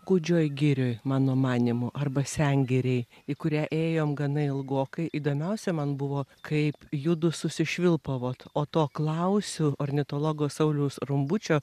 gūdžioj girioj mano manymu arba sengirėj į kurią ėjom gana ilgokai įdomiausia man buvo kaip judu susišvilpavot o to klausiu ornitologo sauliaus rumbučio